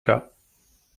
cas